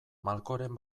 malkoren